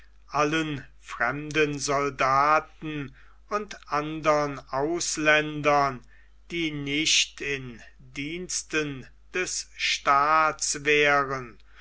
allen fremden soldaten und andern ausländern die nicht in diensten des staats wären